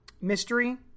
mystery